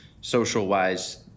social-wise